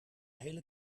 hele